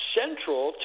central